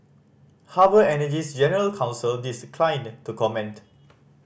harbour Energy's general counsel declined to comment